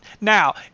Now